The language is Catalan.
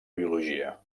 biologia